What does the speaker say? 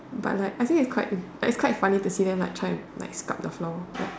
but like I think it's quite it's quite funny to see them like trying scrub the floor like